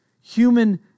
human